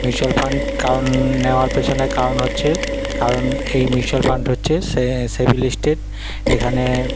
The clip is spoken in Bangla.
মিউচাল ফান্ড কারণ নেওয়ার পেছনে কারণ হচ্ছে কারণ এই মিউচাল ফান্ড হচ্ছে সেবি লিস্টেড এখানে